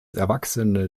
erwachsene